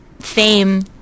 fame